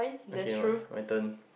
okay my turn